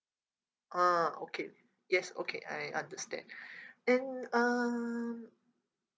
ah okay yes okay I understand and um